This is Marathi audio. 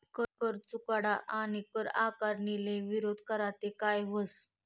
कर चुकाडा आणि कर आकारणीले विरोध करा ते काय व्हस